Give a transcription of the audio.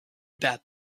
about